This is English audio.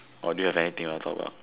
or do you have anything you want talk about